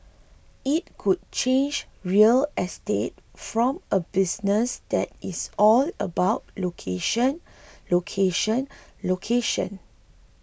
it could change real estate from a business that is all about location location location